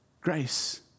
Grace